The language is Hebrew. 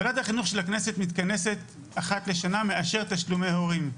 וועדת החינוך של הכנסת מתכנסת אחת לשנה לאשר תשלומי הורים.